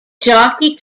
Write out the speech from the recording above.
jockey